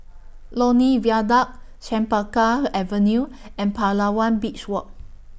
Lornie Viaduct Chempaka Avenue and Palawan Beach Walk